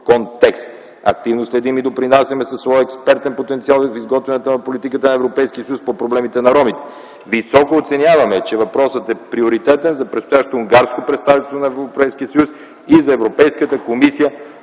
Активно следим и допринасяме със своя експертен потенциал за изготвянето на политиката на Европейския съюз по проблемите на ромите. Високо оценяваме, че въпросът е приоритетен за предстоящото унгарско представителство на Европейския съюз и за Европейската комисия.